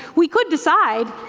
we could decide,